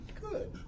Good